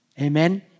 Amen